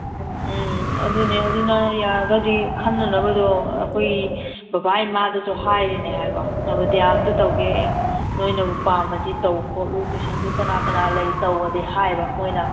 ꯎꯝ ꯑꯗꯨꯅꯦ ꯑꯗꯨꯅ ꯌꯥꯔꯒꯗꯤ ꯈꯟꯅꯅꯕꯗꯣ ꯑꯩꯈꯣꯏ ꯕꯕꯥ ꯏꯃꯥꯗꯁꯨ ꯍꯥꯏꯔꯤꯅꯦ ꯍꯥꯏꯕ ꯅꯚꯣꯗꯤꯌꯥ ꯑꯝꯇ ꯇꯧꯒꯦ ꯅꯣꯏꯅꯕꯨ ꯄꯥꯝꯃꯗꯤ ꯇꯧ ꯈꯣꯠꯂꯨ ꯇꯨꯏꯁꯟꯗꯨ ꯀꯅꯥ ꯀꯅꯥ ꯂꯩ ꯇꯧꯋꯣꯗꯤ ꯍꯥꯏꯕ ꯃꯣꯏꯅ